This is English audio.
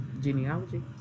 genealogy